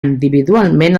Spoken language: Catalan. individualment